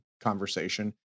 conversation